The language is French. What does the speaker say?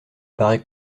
paraît